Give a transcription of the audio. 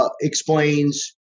Explains